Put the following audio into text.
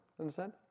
Understand